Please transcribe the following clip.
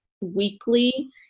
weekly